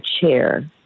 chair